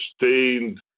sustained